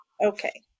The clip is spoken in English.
okay